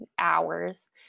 hours